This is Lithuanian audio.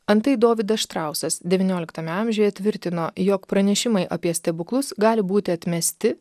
antai dovydas štrausas devynioliktame amžiuje tvirtino jog pranešimai apie stebuklus gali būti atmesti